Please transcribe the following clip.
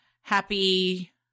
Happy